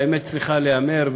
האמת צריכה להיאמר,